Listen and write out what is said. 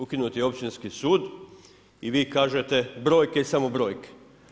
Ukinut je općinski sud i vi kažete brojke i samo brojke.